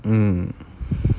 mm